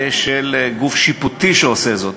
של גוף שיפוטי שעושה זאת.